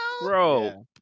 Bro